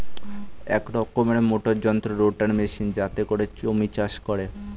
এক রকমের মোটর যন্ত্র রোটার মেশিন যাতে করে জমি চাষ করে